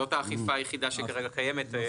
זאת האכיפה היחידה שכרגע קיימת.